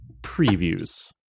previews